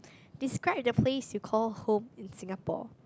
describe the place you call home in Singapore